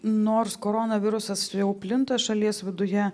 nors koronavirusas jau plinta šalies viduje